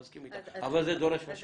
אני מסכים איתך, אבל זה דורש משאבים.